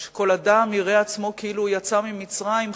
שכל אדם יראה עצמו כאילו הוא יצא ממצרים,